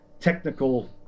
technical